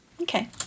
Okay